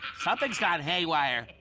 something's gone haywire.